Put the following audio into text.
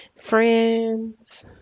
friends